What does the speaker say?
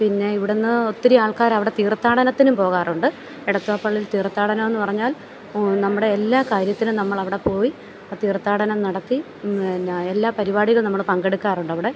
പിന്നെ ഇവിടുന്ന് ഒത്തിരി ആൾക്കാർ അവിടെ തീർത്ഥാടനത്തിനും പോകാറുണ്ട് എടത്വ പള്ളിയിൽ തീർത്ഥാടനം എന്നു പറഞ്ഞാൽ നമ്മുടെ എല്ലാ കാര്യത്തിനും നമ്മളവിടെ പോയി തീർത്ഥാടനം നടത്തി എന്നാ എല്ലാ പരിപാടികളിലും നമ്മൾ പങ്കെടുക്കാറുണ്ട് അവിടെ